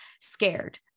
scared